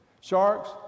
Sharks